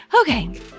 Okay